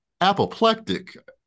apoplectic